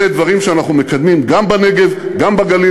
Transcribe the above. אלה דברים שאנחנו מקדמים גם בנגב, גם בגליל.